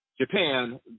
Japan